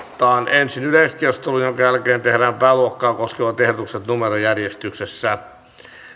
ensin yleiskeskustelu jonka jälkeen tehdään pääluokkaa koskevat ehdotukset numerojärjestyksessä